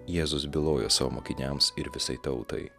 jėzus bylojo savo mokiniams ir visai tautai